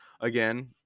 again